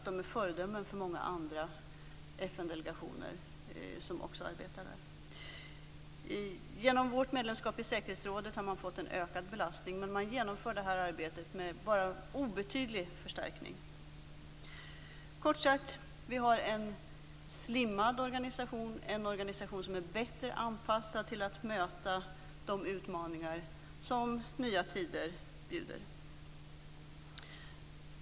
De är föredömen för många andra FN-delegationer där. Genom vårt medlemskap i säkerhetsrådet har man fått en ökad belastning, men man genomför detta arbete med endast obetydlig förstärkning. Kort sagt, vi har en slimmad organisation, en organisation som är bättre anpassad till att möta de utmaningar som nya tider bjuder.